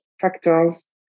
factors